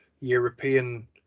European